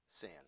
sin